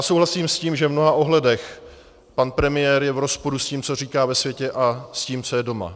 Souhlasím s tím, že v mnoha ohledech pan premiér je v rozporu s tím, co říká ve světě, a tím, co je doma.